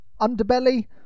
underbelly